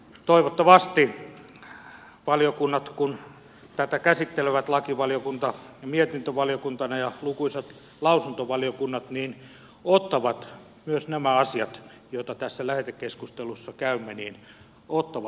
toivottavasti valiokunnat kun tätä käsittelevät lakivaliokunta mietintövaliokuntana ja lukuisat lausuntovaliokunnat ottavat myös nämä asiat joita tässä lähetekeskustelussa käymme huomioon